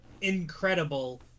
incredible